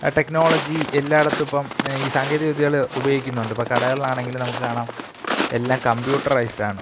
technology എല്ലായിടത്ത് ഇപ്പം ഈ സാങ്കേതിക വിദ്യകൾ ഉപയോഗിക്കുന്നുണ്ട് ഇപ്പോൾ കടകളിലാണെങ്കിൽ നമുക്ക് കാണാം എല്ലാം കമ്പ്യൂട്ടറൈസ്ഡ് ആണ്